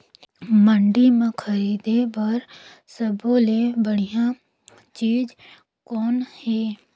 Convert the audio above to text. मंडी म खरीदे बर सब्बो ले बढ़िया चीज़ कौन हे?